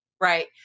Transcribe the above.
right